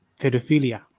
pedophilia